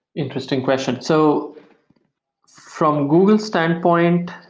interesting question. so from google's standpoint,